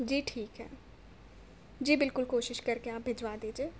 جی ٹھیک ہے جی بالکل کوشش کر کے آپ بھجوا دیجیے